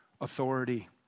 authority